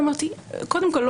קודם כל,